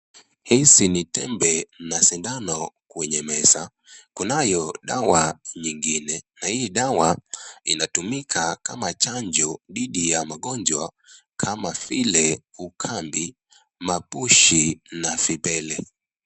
Hizi ni tembe na sindano kwenye meza. Kunayo dawa nyingine na hii dawa inatumika kama chanjo dhidi ya magonjwa kama vile ukambi, mapunshi na vipele.